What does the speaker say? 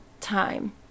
time